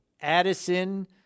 Addison